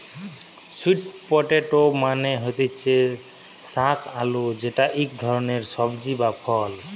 sweet potato মানে হতিছে শাক আলু যেটা ইক ধরণের সবজি বা ফল